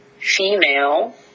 female